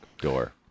door